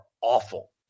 awful